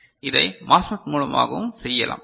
இதை MOSFET மூலமாகவும் செய்யலாம்